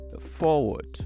forward